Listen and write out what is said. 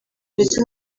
ndetse